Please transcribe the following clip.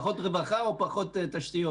פחות רווחה או פחות תשתיות.